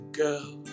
girl